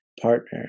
partner